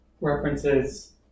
references